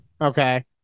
Okay